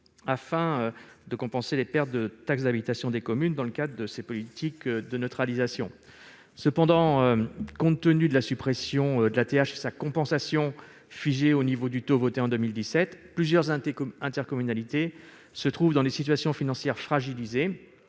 afin de compenser les pertes de recettes de TH des communes dans le cadre de ces politiques de neutralisation. Cependant, compte tenu de la suppression de la TH et de sa compensation figée au niveau du taux voté en 2017, plusieurs intercommunalités se trouvent dans des situations financières fragiles.